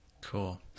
Cool